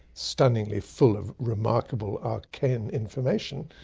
stunningly full of remarkable arcane information,